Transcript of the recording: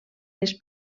les